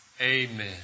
amen